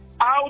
out